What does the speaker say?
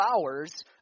hours